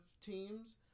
teams